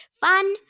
Fun